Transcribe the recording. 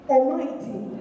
Almighty